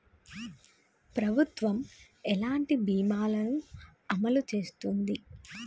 ప్రభుత్వం ఎలాంటి బీమా ల ను అమలు చేస్తుంది?